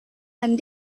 and